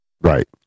Right